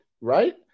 right